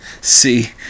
See